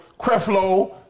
creflo